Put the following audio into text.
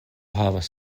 havas